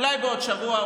אולי בעוד שבוע,